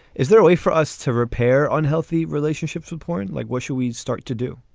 is there a way for us to repair unhealthy relationship support? like where should we start to do?